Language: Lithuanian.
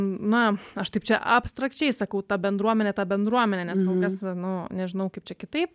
na aš taip čia abstrakčiai sakau ta bendruomenė ta bendruomenė nes kol kas nu nežinau kaip čia kitaip